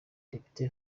depite